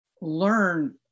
learn